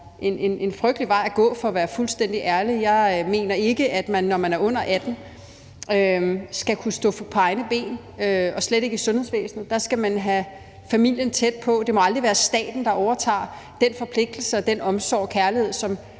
en frygtelig vej at gå. Jeg mener ikke, at man, når man er under 18 år, skal kunne stå på egne ben og slet ikke i sundhedsvæsenet. Der skal man have familien tæt på. Det må aldrig være staten, der overtager den forpligtelse og den omsorg og kærlighed, som